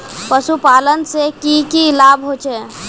पशुपालन से की की लाभ होचे?